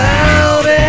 out